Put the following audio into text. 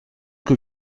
que